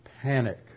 panic